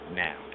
now